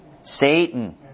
Satan